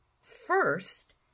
first